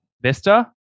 Vista